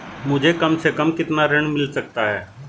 मुझे कम से कम कितना ऋण मिल सकता है?